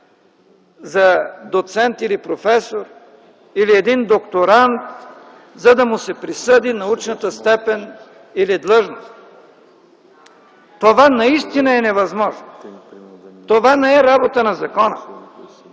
за доцент или професор, или един докторант, за да му се присъди научната степен или длъжност. Това наистина е невъзможно! Това не е работа на закона